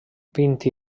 vint